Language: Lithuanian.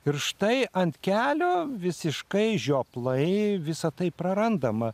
ir štai ant kelio visiškai žioplai visa tai prarandama